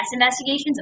investigations